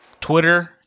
Twitter